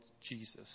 Jesus